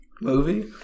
movie